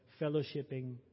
fellowshipping